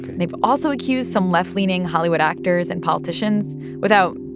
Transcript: they've also accused some left-leaning hollywood actors and politicians, without,